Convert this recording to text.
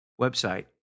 website